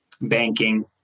banking